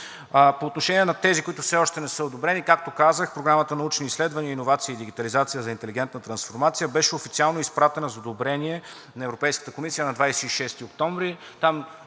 По отношение на тези, които все още не са одобрени – както казах Програмата „Научни изследвания, иновации и дигитализация за интелигентна трансформация“ беше официално изпратена за одобрение на Европейската комисия на 26 октомври.